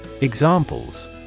Examples